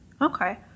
Okay